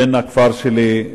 בן הכפר שלי,